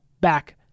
back